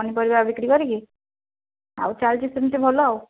ପନିପରିବା ବିକ୍ରି କରିକି ଆଉ ଚାଲିଛି ସେମିତି ଭଲ ଆଉ